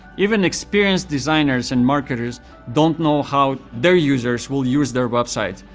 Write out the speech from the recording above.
even experienced designers and marketers don't know how their users will use their website.